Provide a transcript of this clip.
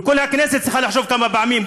וכל הכנסת צריכה לחשוב כמה פעמים,